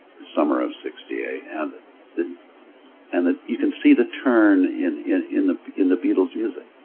summer of sixty eight and the and the you can see the turn in, in, in the in the beatles' music.